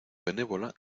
benévola